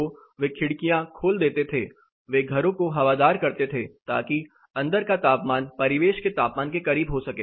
तो वे खिड़कियां खोल देते थे वे घरों को हवादार करते थे ताकि अंदर का तापमान परिवेश के तापमान के करीब हो सके